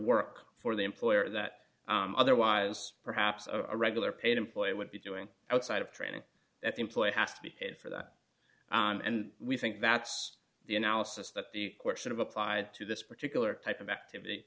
work for the employer that otherwise perhaps a regular paid employee would be doing outside of training that employees have to be paid for that and we think that's the analysis but the question of applied to this particular type of activity